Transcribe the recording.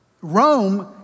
Rome